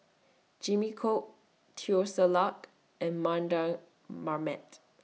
Jimmy Chok Teo Ser Luck and Mardan Mamat